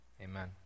amen